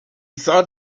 thought